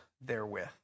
therewith